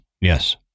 Yes